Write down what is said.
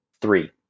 Three